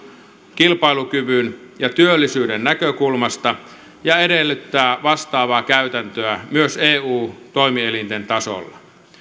kilpailukyvyn ja työllisyyden näkökulmasta ja edellyttää vastaavaa käytäntöä myös eun toimielinten tasolla